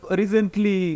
recently